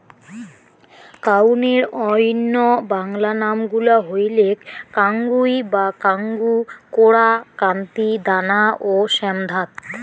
কাউনের অইন্য বাংলা নাম গুলা হইলেক কাঙ্গুই বা কাঙ্গু, কোরা, কান্তি, দানা ও শ্যামধাত